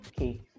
okay